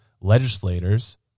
legislators